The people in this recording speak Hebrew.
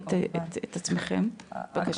את עצמכם, בבקשה.